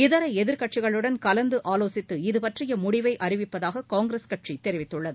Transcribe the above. இதர எதிர்க்கட்சிகளுடன் கலந்து ஆலோசித்து இதுபற்றிய முடிவை அறிவிப்பதாக காங்கிரஸ் கட்சி தெரிவித்துள்ளது